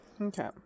Okay